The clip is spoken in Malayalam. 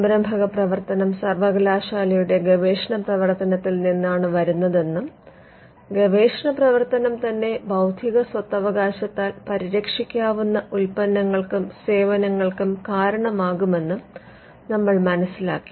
സംരംഭക പ്രവർത്തനം സർവ്വകലാശാലയുടെ ഗവേഷണ പ്രവർത്തനത്തിൽ നിന്നാണ് വരുന്നതെന്നും ഗവേഷണ പ്രവർത്തനം തന്നെ ബൌദ്ധിക സ്വത്തവകാശത്താൽ പരിരക്ഷിക്കാവുന്ന ഉൽപ്പന്നങ്ങൾക്കും സേവനങ്ങൾക്കും കാരണമാകുമെന്നും നമ്മൾ മനസിലാക്കി